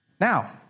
Now